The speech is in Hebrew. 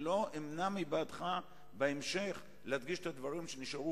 לא אמנע ממך בהמשך להדגיש את הדברים שנשארו